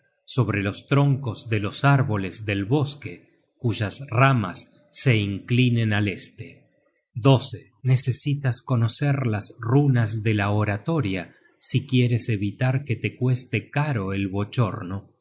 sobre los troncos de los árboles del bosque cuyas ramas se inclinen al este necesitas conocer las runas de la oratoria si quieres evitar que te cueste caro el bochorno